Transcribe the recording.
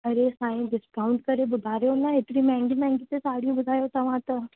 अरे साईं डिस्काउंट करे ॿुधायो न हेतिरी महांगी महांगी साड़ियूं ॿुधायो तव्हां त